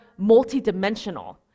multidimensional